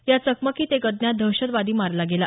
या चकमकीत एक अज्ञात दहशतवादीही मारला गेला